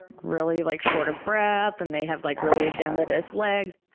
really like short of breath, and they have like really edematous legs.